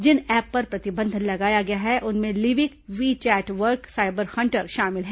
जिन app पर प्रतिबंध लगाया गया है उनमें लिविक WeChat Work Cyber Hunter शामिल हैं